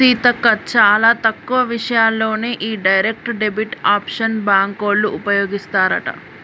సీతక్క చాలా తక్కువ విషయాల్లోనే ఈ డైరెక్ట్ డెబిట్ ఆప్షన్ బ్యాంకోళ్ళు ఉపయోగిస్తారట